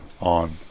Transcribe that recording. on